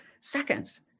seconds